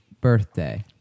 Birthday